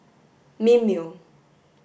Mimeo